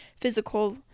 physical